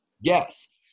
yes